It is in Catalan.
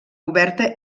oberta